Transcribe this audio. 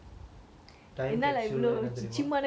time capsule னா என்னானு தெரியுமா:naa ennanu theriyuma